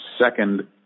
second